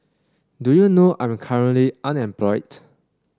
do you know I'm currently unemployed